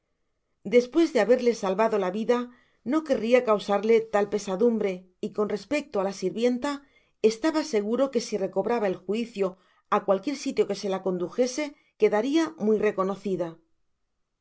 despues de haberle salvado la vida no querria causarle tal pesadumbre y con respecto á la sirvienta estaba seguro que si recobraba el juicio á cualquier sitio que se la condujese quedaria mtry reconocida